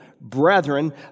brethren